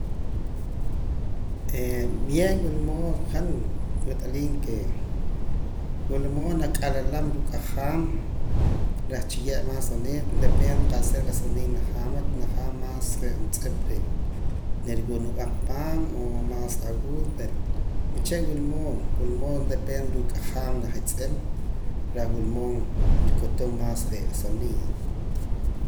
wila mood han wat'aliim que wila mood naq'alalaam ruu' q'ajaam reh chiye' más sonido depende qa'sa re' la sonido najaam hat najaam más re' juntz'ip re' niriwunob'aaq paam o más agudo oontera uche' wul mood wul mood depende ruu' q'ajaam najitz'iim reh wul mood rikutuum más re' sonido.